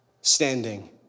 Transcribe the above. standing